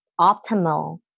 optimal